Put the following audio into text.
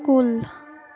کُل